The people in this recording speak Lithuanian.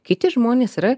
kiti žmonės yra